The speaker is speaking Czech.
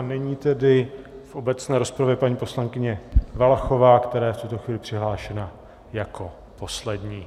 Nyní tedy v obecné rozpravě paní poslankyně Valachová, která je v tuto chvíli přihlášena jako poslední.